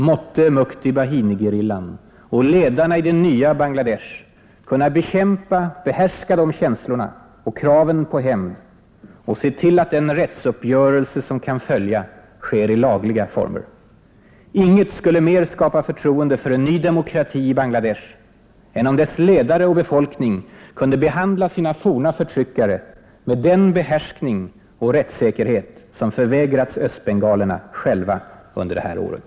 Måtte Mukti-Bahini-gerillan och ledarna i det nya Bangla Desh kunna behärska de känslorna och kraven på hämnd och se till att den rättsuppgörelse som kan följa sker i lagliga former. Inget skulle mer skapa förtroende för en ny demokrati i Bangla Desh än om dess ledare och befolkning kunde behandla sina forna förtryckare med den behärskning och rättssäkerhet som förvägrats östbengalerna själva under det här året.